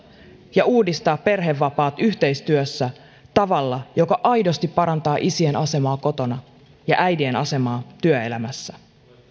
ja uudistaa perhevapaat yhteistyössä tavalla joka aidosti parantaa isien asemaa kotona ja äitien asemaa työelämässä